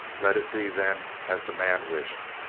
let it be, then, as the man wished.